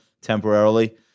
temporarily